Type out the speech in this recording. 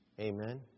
Amen